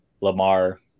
Lamar